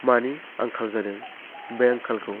मानि आंखाल जादों बे आंखालखौ